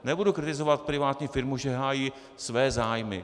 Nebudu kritizovat privátní firmu, že hájí své zájmy.